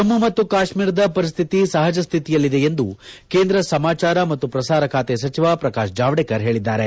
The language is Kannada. ಜಮ್ಮ ಮತ್ತು ಕಾಶ್ವೀರದ ಪರಿಸ್ಥಿತಿ ಸಹಜಸ್ಥಿತಿಯಲ್ಲಿದೆ ಎಂದು ಕೇಂದ್ರ ಸಮಾಚಾರ ಮತ್ತು ಪ್ರಸಾರ ಖಾತೆ ಸಚಿವ ಪ್ರಕಾಶ್ ಜಾವಡೇಕರ್ ಹೇಳಿದ್ದಾರೆ